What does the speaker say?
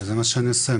וזה מה שאני עושה,